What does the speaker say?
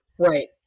Right